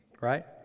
right